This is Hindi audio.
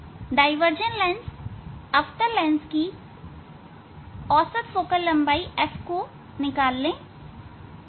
डायवर्जन लेंसअवतल लेंस की औसत फोकल लम्बाई f निकालें